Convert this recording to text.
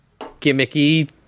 gimmicky